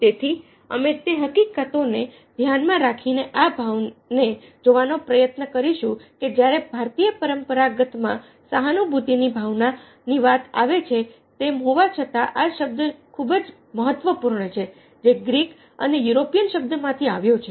તેથી અમે તે હકીકત તો ને ધ્યાનમાં રાખીને આ ભાવને જોવાનો પ્રયત્ન કરીશું કે જ્યારે ભારતીય પરંપરાગત માં સહાનુભૂતિની ભાવના ની વાત આવે છે તેમ હોવા છતાં આ શબ્દ ખૂબ જ મહત્વપૂર્ણ છે જે ગ્રીક અને યુરોપિયન શબ્દ માંથી આવ્યો છે